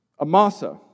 Amasa